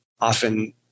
often